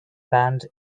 band